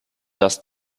dass